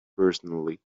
personally